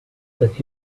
that